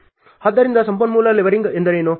ಆದ್ದರಿಂದ ಸಂಪನ್ಮೂಲ ಲೆವೆಲಿಂಗ್ ಎಂದರೇನು